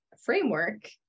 framework